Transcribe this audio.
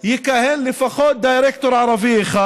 יכהן לפחות דירקטור ערבי אחד.